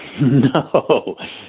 No